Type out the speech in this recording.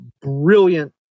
brilliant